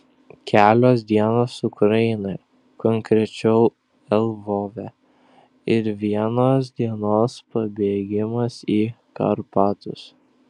kelios dienos ukrainoje konkrečiau lvove ir vienos dienos pabėgimas į karpatus